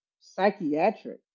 psychiatric